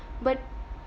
but